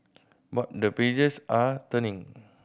but the pages are turning